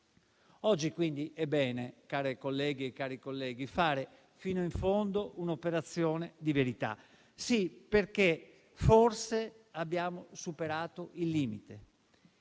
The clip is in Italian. colleghi, è bene fare fino in fondo un'operazione di verità. Sì, perché forse abbiamo superato il limite